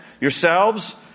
yourselves